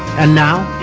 and now,